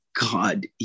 God